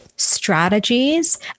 strategies